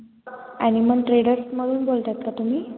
animal ट्रेडर्समधून बोलत आहात का तुम्ही